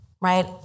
right